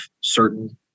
certain